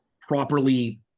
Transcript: properly